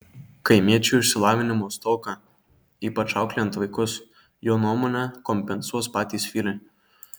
kaimiečių išsilavinimo stoką ypač auklėjant vaikus jo nuomone kompensuos patys vyrai